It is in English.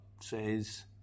says